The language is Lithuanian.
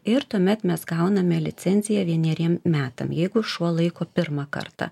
ir tuomet mes gauname licenciją vieneriem metam jeigu šuo laiko pirmą kartą